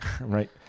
right